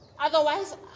Otherwise